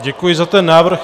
Děkuji za ten návrh.